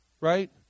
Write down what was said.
right